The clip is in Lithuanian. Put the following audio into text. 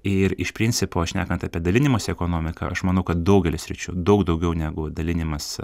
ir iš principo šnekant apie dalinimosi ekonomiką aš manau kad daugely sričių daug daugiau negu dalinimas